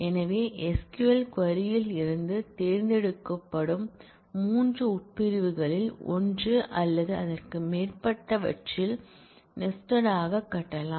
எனவே SQL query ல் இருந்து தேர்ந்தெடுக்கும் மூன்று உட்பிரிவுகளில் ஒன்று அல்லது அதற்கு மேற்பட்டவற்றில் நெஸ்டட் ஆக கட்டலாம்